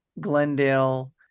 glendale